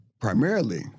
primarily